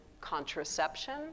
contraception